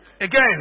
Again